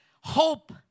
hope